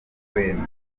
kwemezwa